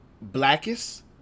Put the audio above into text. blackest